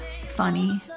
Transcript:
funny